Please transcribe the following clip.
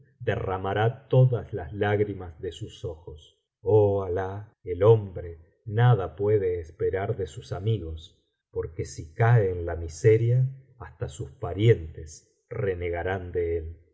derramará todas las lágrimas de sus ojos oh alah el hombre nada puede esperar de sus amigos porque si cae en la miseria hasta sus parientes renegarán de él